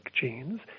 genes